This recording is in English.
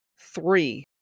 Three